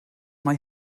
mae